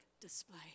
display